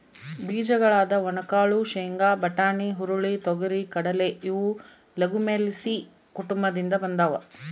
ಬೀಜಗಳಾದ ಒಣಕಾಳು ಶೇಂಗಾ, ಬಟಾಣಿ, ಹುರುಳಿ, ತೊಗರಿ,, ಕಡಲೆ ಇವು ಲೆಗುಮಿಲೇಸಿ ಕುಟುಂಬದಿಂದ ಬಂದಾವ